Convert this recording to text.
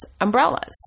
umbrellas